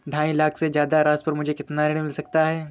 ढाई लाख से ज्यादा राशि पर मुझे कितना ऋण मिल सकता है?